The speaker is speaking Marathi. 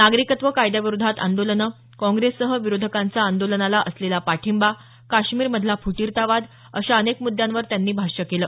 नागरिकत्व कायद्याविरोधात आंदोलनं काँग्रेससह विरोधकांचा आंदोलनाला असलेला पाठिंबा काश्मीरमधला फुटीरतावाद अशा अनेक मुद्यांवर त्यांनी भाष्य केलं